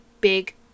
big